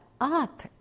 up